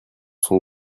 sont